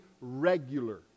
regular